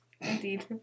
Indeed